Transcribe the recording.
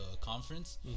conference